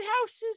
houses